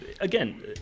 again